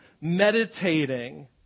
meditating